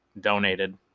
donated